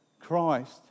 Christ